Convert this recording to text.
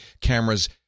cameras